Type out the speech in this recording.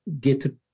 get